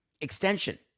extension